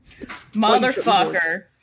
Motherfucker